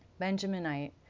Benjaminite